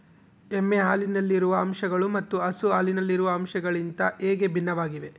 ಎಮ್ಮೆ ಹಾಲಿನಲ್ಲಿರುವ ಅಂಶಗಳು ಮತ್ತು ಹಸು ಹಾಲಿನಲ್ಲಿರುವ ಅಂಶಗಳಿಗಿಂತ ಹೇಗೆ ಭಿನ್ನವಾಗಿವೆ?